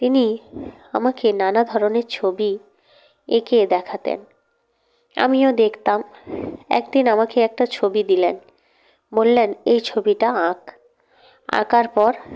তিনি আমাকে নানা ধরনের ছবি এঁকে দেখাতেন আমিও দেখতাম একদিন আমাকে একটা ছবি দিলেন বললেন এই ছবিটা আঁক আঁকার পর